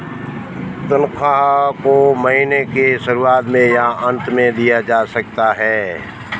तन्ख्वाह को महीने के शुरुआत में या अन्त में दिया जा सकता है